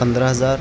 پندرہ ہزار